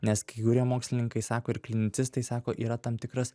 nes kai kurie mokslininkai sako ir klinicistai sako yra tam tikras